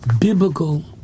biblical